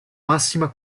massima